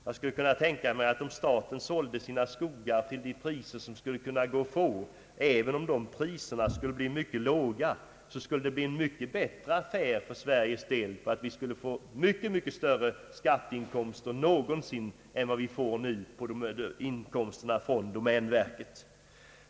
Jag skulle kunna tänka mig att om staten sålde sina skogar till de priser som man skulle kunna få ut även om Ppriserna skulle bli mycket låga — så skulle det vara en mycket bra affär för den svenska statens del. Skatteinkomsterna skulle också därigenom bli mycket större.